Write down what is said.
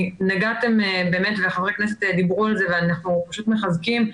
נגעתם וחברי כנסת דיברו על זה ואנחנו פשוט מחזקים,